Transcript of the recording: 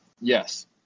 Yes